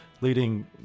leading